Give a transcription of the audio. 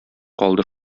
калды